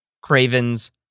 Craven's